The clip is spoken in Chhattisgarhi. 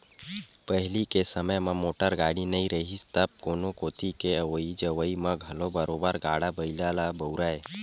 पहिली के समे म मोटर गाड़ी नइ रिहिस तब कोनो कोती के अवई जवई म घलो बरोबर गाड़ा बइला ल बउरय